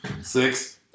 six